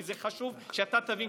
כי זה חשוב שאתה תבין,